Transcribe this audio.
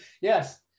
yes